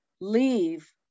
leave